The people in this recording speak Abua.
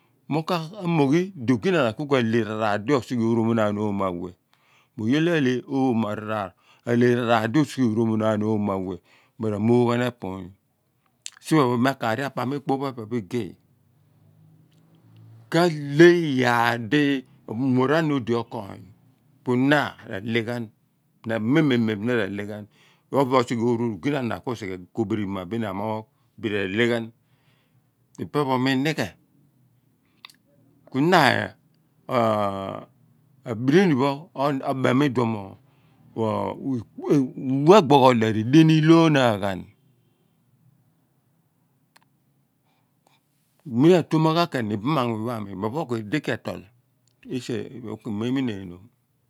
ka moghi di oghi na ana ku kale raar di oru mo naan omoh awe̱h oye di a lea omo araar, di osighe orumoonmaan omo̱h awe ra muughan epuiny. Sien pho mia kuri akpam okpo phe pe pho egey ka leh iyaar di umor a̱ na odi okoony na raleghan mememem ra̱ leh g̱̱han osighe oru ogina ana bin ku kobirima amoogh bin ra leh ghan inighe na abrini pho obeem iduon mo uwegboogh leeredean i ioo naa̱gha̱n mi ra to maghan iba̱ ma muony ami meemi neen.